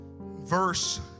verse